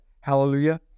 Hallelujah